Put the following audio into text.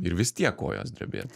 ir vis tiek kojos drebėt